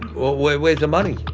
or where's the money?